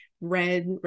red